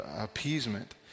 appeasement